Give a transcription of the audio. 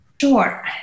Sure